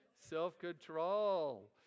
self-control